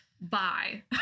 bye